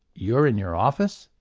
you're in your office?